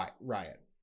Riot